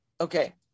okay